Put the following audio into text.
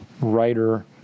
writer